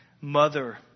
mother